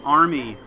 army